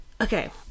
Okay